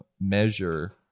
measure